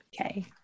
Okay